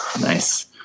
nice